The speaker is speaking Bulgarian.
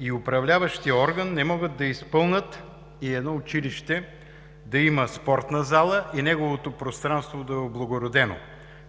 и управляващият орган не могат да изпълнят едно училище да има спортна зала и неговото пространство да е облагородено?!